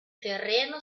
terreno